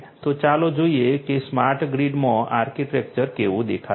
તો ચાલો જોઈએ કે સ્માર્ટ ગ્રીડમાં આર્કિટેક્ચર કેવું દેખાશે